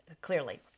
clearly